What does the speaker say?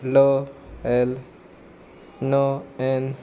ल L ण N